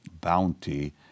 bounty